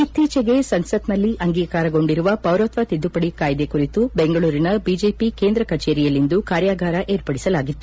ಇತ್ತೀಚೆಗೆ ಸಂಸತ್ನಲ್ಲಿ ಅಂಗೀಕಾರಗೊಂಡಿರುವ ಪೌರತ್ವ ತಿದ್ದುಪಡಿ ಕಾಯ್ದೆ ಕುರಿತು ಬೆಂಗಳೂರಿನ ಬಿಜೆಪಿ ಕೇಂದ್ರ ಕಚೇರಿಯಲ್ಲಿಂದು ಕಾರ್ಯಾಗಾರ ಏರ್ಪಡಿಸಲಾಗಿತ್ತು